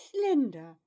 slender